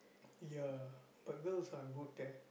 yeah but girls are good there